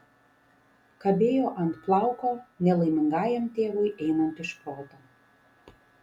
kabėjo ant plauko nelaimingajam tėvui einant iš proto